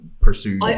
pursue